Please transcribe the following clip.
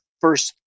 first